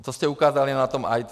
To jste ukázali na tom IT.